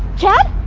chad!